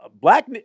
black